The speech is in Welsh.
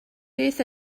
beth